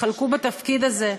התחלקו בתפקיד הזה,